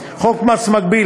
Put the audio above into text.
65. חוק מס מקביל,